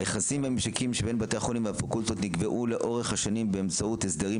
היחסים והממשקים בין בתי החולים והפקולטות נקבעו לאורך השנים בהסדרים